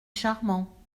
charmant